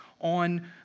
on